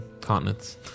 continents